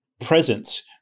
presence